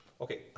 Okay